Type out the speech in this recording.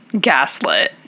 Gaslit